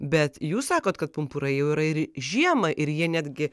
bet jūs sakot kad pumpurai jau yra ir žiemą ir jie netgi